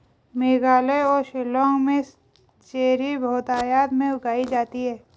मेघालय और शिलांग में चेरी बहुतायत में उगाई जाती है